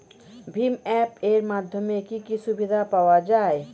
ভিম app এর মাধ্যমে কি কি সুবিধা পাওয়া যায়?